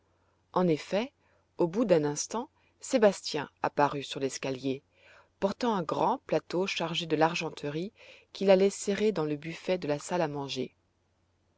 en effet au bout d'un instant sébastien apparut sur l'escalier portant un grand plateau chargé de l'argenterie qu'il allait serrer dans le buffet de la salle à manger